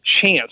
chance